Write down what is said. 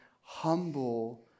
humble